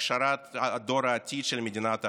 להכשרת דור העתיד של מדינת ההלכה.